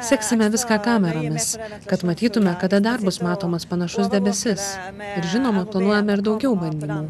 seksime viską kameromis kad matytume kada dar bus matomas panašus debesis ir žinoma planuojame ir daugiau bandymų